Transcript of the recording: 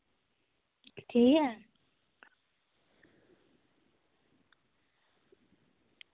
ठीक ऐ